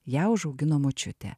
ją užaugino močiutė